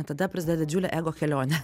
tada praside didžiulė ego kelionė